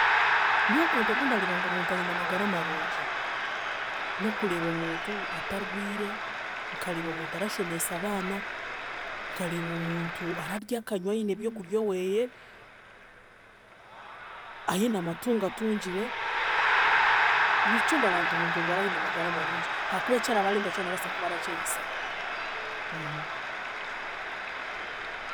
Nyowe okuntu oku ndareeba ngu omuntu aine amagara marungi, n'okureeba omuntu atarwire, nkareeba omuntu arashomesa abaana, nkareeba omuntu ararya akanywa aine ebyokurya oweeye, aine amatungo atungire, nikyo ndara nti omuntu ogu ara aine amagara marungi haakuba ekyaraba arenda kyona arabaasa kuba arakyehisaho.